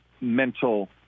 mental